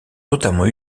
notamment